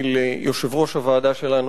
היא ליושב-ראש הוועדה שלנו,